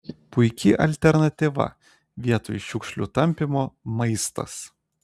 puiki alternatyva vietoj šiukšlių tampymo maistas